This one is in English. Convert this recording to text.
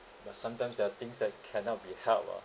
but sometimes there are things that cannot be helped lah